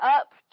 up